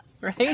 Right